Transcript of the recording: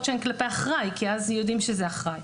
שהן כלפי אחראי כי אז יודעים שזה אחראי.